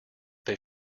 they